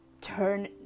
turn